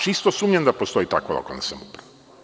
Čisto sumnjam da postoji takva lokalna samouprava.